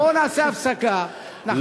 בואו נעשה הפסקה, נחזור בחצות.